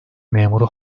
memuru